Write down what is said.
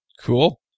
Cool